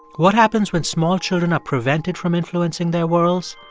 what happens when small children are prevented from influencing their worlds?